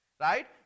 right